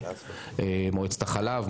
מועצת החלב,